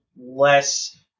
less